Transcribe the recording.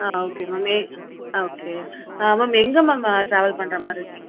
ஆ okay ma'am uh ah okay ah ma'am எங்கே ma'am travel பண்றமாதிரி இருக்கீங்க